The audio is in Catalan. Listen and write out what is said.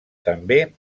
també